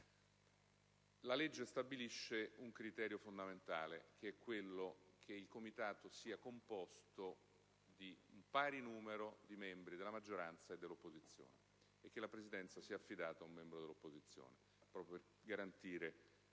La legge stabilisce un criterio fondamentale, che è quello che il Comitato sia composto di un numero pari di membri di maggioranza e di opposizione e che la Presidenza sia affidata a un membro dell'opposizione, proprio per garantire il controllo